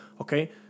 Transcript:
Okay